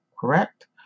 correct